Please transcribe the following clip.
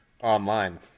online